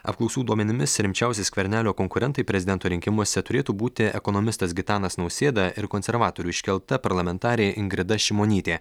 apklausų duomenimis rimčiausi skvernelio konkurentai prezidento rinkimuose turėtų būti ekonomistas gitanas nausėda ir konservatorių iškelta parlamentarė ingrida šimonytė